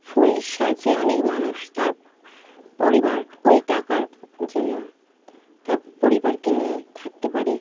ফুল সাজে অনেক মানুষ তার পরিবার ওই টাকার জন্য তার পরিবারকে নিয়ে থাকতে পারে